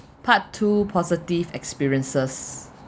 part two positive experiences